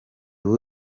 ubu